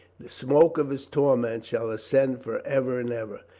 the smoke of his torment shall ascend for ever and ever,